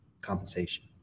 compensation